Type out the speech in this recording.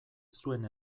zuen